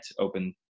open